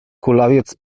kulawiec